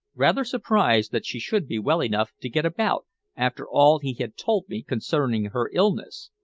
rather surprised that she should be well enough to get about after all he had told me concerning her illness.